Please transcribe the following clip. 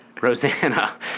Rosanna